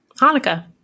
Hanukkah